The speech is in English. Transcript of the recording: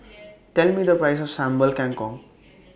Tell Me The Price of Sambal Kangkong